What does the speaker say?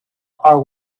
are